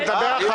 תדבר אחריה.